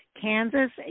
Kansas